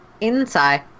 Inside